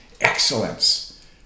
Excellence